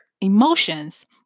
emotions